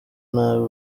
nabi